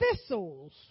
Thistles